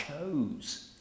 chose